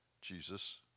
Jesus